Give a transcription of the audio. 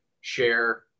share